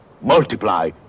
multiply